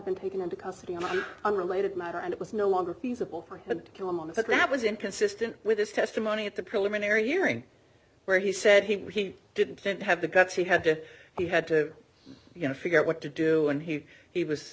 been taken into custody on unrelated matter and it was no longer feasible for him to kill him on the ground was inconsistent with his testimony at the preliminary hearing where he said he didn't have the guts he had he had to you know figure out what to do and who he was